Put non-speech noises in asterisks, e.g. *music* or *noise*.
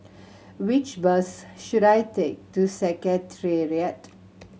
*noise* which bus should I take to Secretariat